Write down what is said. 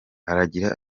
aragira